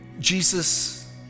Jesus